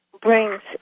brings